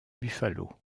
buffalo